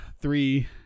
Three